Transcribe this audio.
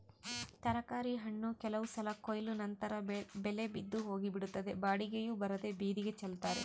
ತರಕಾರಿ ಹಣ್ಣು ಕೆಲವು ಸಲ ಕೊಯ್ಲು ನಂತರ ಬೆಲೆ ಬಿದ್ದು ಹೋಗಿಬಿಡುತ್ತದೆ ಬಾಡಿಗೆಯೂ ಬರದೇ ಬೀದಿಗೆ ಚೆಲ್ತಾರೆ